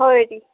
होई दी